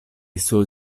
suoi